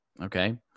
Okay